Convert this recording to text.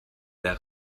der